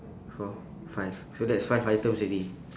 four five so that's five items already